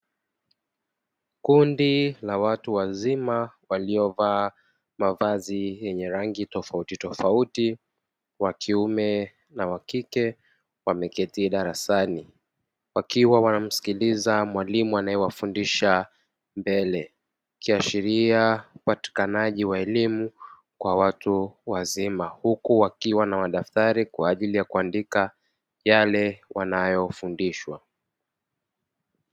Kundi la watu wazima waliovaa mavazi yenye rangi tofautitofauti, wakiume na wa kike wameketi darasani wakiwa wanamsikiliza mwalimu anaewafundisha mbele ikiashiria upatikanaji wa elimu kwa watu wazima huku wakiwa na madaftari kwa ajili ya kuandika yale wanayofundishwa.